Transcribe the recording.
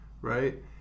right